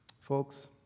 Folks